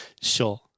Sure